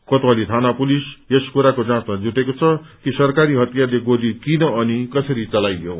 कोतवाली थाना पुलिस यस कुराको जाँचमा जुटेको छ कि सरकारी हथियारले गोली किन अनि कसरी चलाइयो